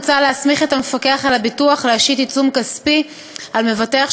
מוצע להסמיך את המפקח על הביטוח להשית עיצום כספי על מבטח